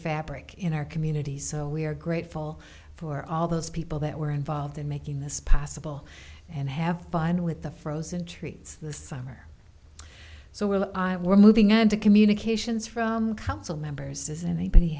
fabric in our communities so we are grateful for all those people that were involved in making this possible and have fun with the frozen treats the summer so will i we're moving on to communications from council members as anybody